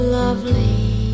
lovely